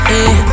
Hey